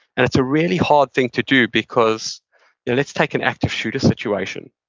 and it's a really hard thing to do because let's take an active shooter situation.